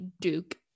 Duke